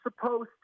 supposed